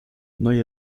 neue